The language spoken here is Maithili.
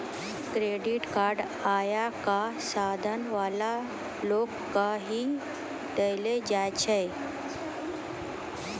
क्रेडिट कार्ड आय क साधन वाला लोगो के ही दयलो जाय छै